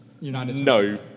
No